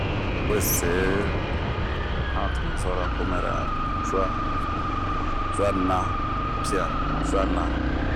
un wese han cuana pian cua na